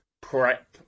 prep